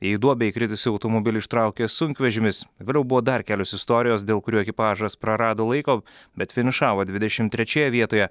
į duobę įkritusį automobilį ištraukė sunkvežimis vėliau buvo dar kelios istorijos dėl kurių ekipažas prarado laiko bet finišavo dvidešim trečioje vietoje